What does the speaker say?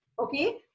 Okay